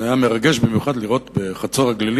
היה מרגש במיוחד לראות בחצור-הגלילית,